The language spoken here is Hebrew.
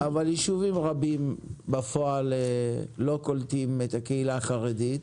אבל ישובים רבים בפועל לא קולטים את הקהילה החרדית,